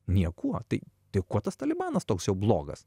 niekuo tai tik kuo tas talibanas toks jau blogas